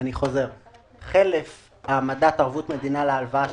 חלף העמדת ערבות מדינה להלוואה,